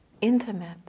intimate